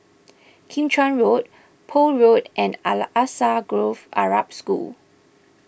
Kim Chuan Road Poole Road and Alsagoff Arab School